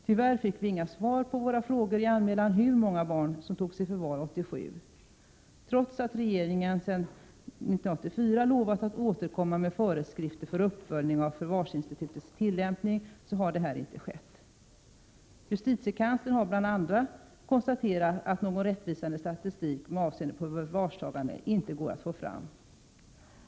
Tyvärr fick vi inga svar på våra frågor i anmälan om hur många barn som togs i förvar 1987. Trots att regeringen redan 1984 lovade att återkomma med föreskrifter för uppföljning av förvarsinstitutets tillämpning har någon sådan uppföljning inte skett. Bl.a. justitiekanslern har konstaterat att någon rättvisande statistik med avseende på förvarstagande inte går att få fram.